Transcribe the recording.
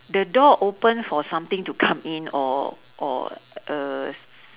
the door open for something to come in or or err s~